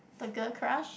the girl crush